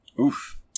Oof